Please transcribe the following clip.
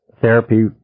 therapy